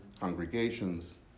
congregations